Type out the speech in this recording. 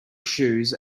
shoes